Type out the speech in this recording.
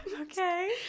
Okay